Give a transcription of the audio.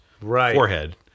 forehead